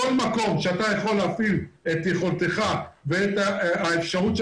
כל מקום שאתה יכול להפעיל את יכולתך ואת השפעתך,